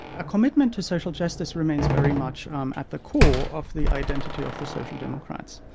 a commitment to social justice remains very much um at the core of the identity of the social democrats.